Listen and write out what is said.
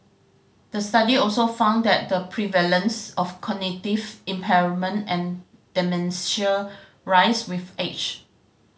the study also found that the prevalence of cognitive impairment and dementia rise with age